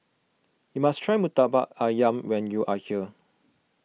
you must try Murtabak Ayam when you are here